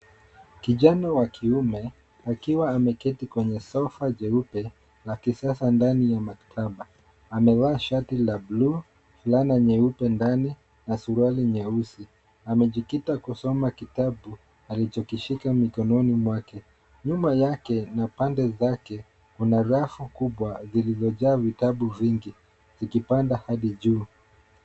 Kijana wa kiume, akiwa ameketi kwenye sofa jeupe na kisasa ndani ya maktaba, amevaa shati la buluu, fulana nyeupe ndani na suruali nyeusi, amejikita kusoma kitabu alichokishika mikononi mwake. Nyuma yake na pande zake, kuna rafu kubwa zilizojaa vitabu vingi zikipanda hadi juu.